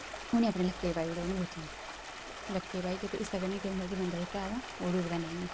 उ'ने ईं अपने लक्कै गी पाई ओड़ो उ'नें बोतलें गी लक्कै गी पाइयै ते इसदे कन्नै केह् होंदा कि बंदा जेह्का ऐ तां ओह् डुबदा नेईं ऐ